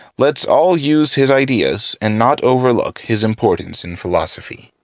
let's all use his ideas and not overlook his importance in philosophy.